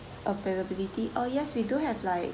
availability uh yes we do have like